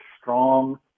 strong